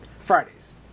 Fridays